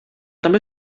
també